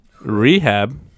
Rehab